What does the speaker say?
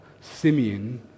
Simeon